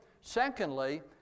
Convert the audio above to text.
secondly